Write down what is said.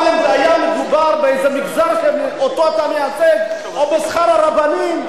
אם היה מדובר באיזה מגזר שאתה מייצג או בשכר הרבנים,